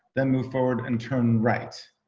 then move forward and turn right.